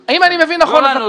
נכון,